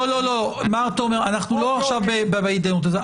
--- מר תומר, אנחנו לא בהתדיינות עכשיו.